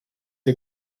der